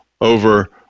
over